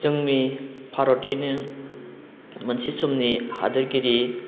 जोंनि भारतनिनो मोनसे समनि हादोरगिरि